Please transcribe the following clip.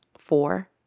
Four